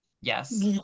yes